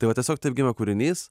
tai va tiesiog taip gimė kūrinys